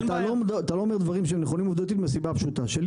הדברים לא נכונים עובדתית מהסיבה הפשוטה שלי,